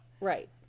Right